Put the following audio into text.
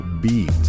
beat